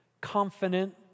confident